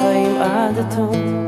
עכשיו,